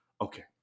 Okay